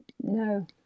No